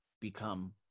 become –